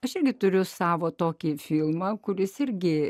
aš irgi turiu savo tokį filmą kuris irgi